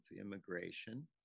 immigration